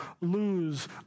lose